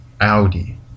Audi